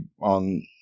on